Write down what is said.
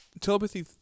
telepathy